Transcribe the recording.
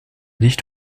nicht